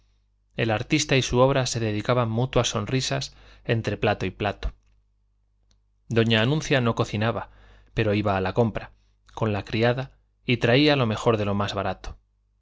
el artista y su obra se dedicaban mutuas sonrisas entre plato y plato doña anuncia no cocinaba pero iba a la compra con la criada y traía lo mejor de lo más barato